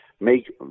make